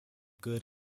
good